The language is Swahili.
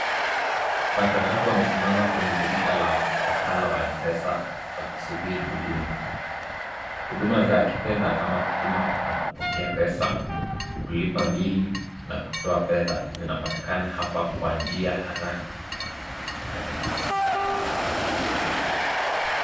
Watu watatu wamesimama kwenye dirisha la wakala wa M-PESA wakisubiri huduma. Huduma za kifedha kama kutuma na kupokea pesa, kulipa bili na kutoa fedha zinapatikana hapa kwa njia haraka na rahisi.